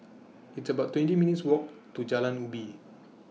It's about twenty minutes' Walk to Jalan Ubi